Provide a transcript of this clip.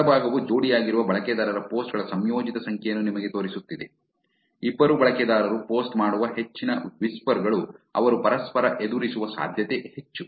ಬಲಭಾಗವು ಜೋಡಿಯಾಗಿರುವ ಬಳಕೆದಾರರ ಪೋಸ್ಟ್ ಗಳ ಸಂಯೋಜಿತ ಸಂಖ್ಯೆಯನ್ನು ನಿಮಗೆ ತೋರಿಸುತ್ತಿದೆ ಇಬ್ಬರು ಬಳಕೆದಾರರು ಪೋಸ್ಟ್ ಮಾಡುವ ಹೆಚ್ಚಿನ ವಿಸ್ಪರ್ ಗಳು ಅವರು ಪರಸ್ಪರ ಎದುರಿಸುವ ಸಾಧ್ಯತೆ ಹೆಚ್ಚು